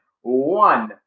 One